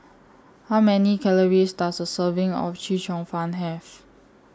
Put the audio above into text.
How Many Calories Does A Serving of Chee Cheong Fun Have